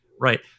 Right